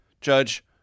Judge